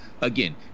Again